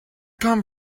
come